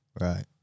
Right